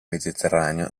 mediterraneo